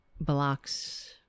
blocks